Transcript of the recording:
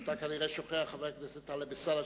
אתה כנראה שוכח, חבר הכנסת טלב אלסאנע,